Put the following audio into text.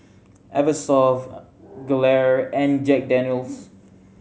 Eversoft Gelare and Jack Daniel's